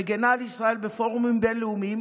מגינה על ישראל בפורומים בין-לאומיים,